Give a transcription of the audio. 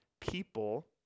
people